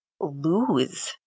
lose